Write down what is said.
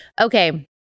Okay